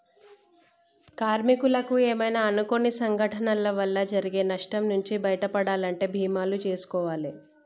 కార్మికులకు ఏమైనా అనుకోని సంఘటనల వల్ల జరిగే నష్టం నుంచి బయటపడాలంటే బీమాలు జేసుకోవాలే